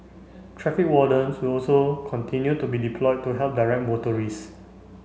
traffic wardens will also continue to be deployed to help direct motorists